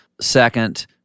second